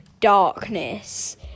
darkness